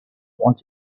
want